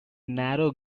narrow